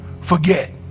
forget